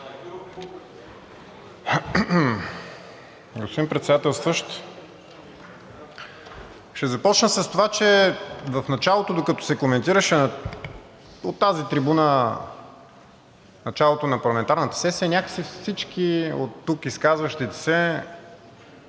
Господин Председателстващ! Ще започна с това, че докато се коментираше от тази трибуна началото на парламентарната сесия, някак си всички оттук изказващите се